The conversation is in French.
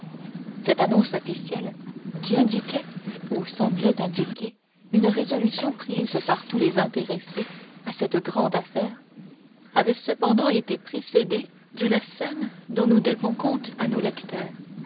cette annonce officielle qui indiquait ou semblait indiquer une résolution prise par tous les intéressés à cette grande affaire avait cependant été précédée d'une scène dont nous devons compte à nos lecteurs